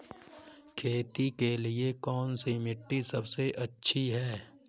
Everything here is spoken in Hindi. खेती के लिए कौन सी मिट्टी सबसे अच्छी है?